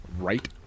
Right